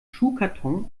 schuhkarton